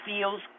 feels